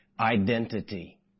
identity